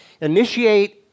initiate